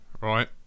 right